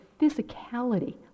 physicality